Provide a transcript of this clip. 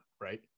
right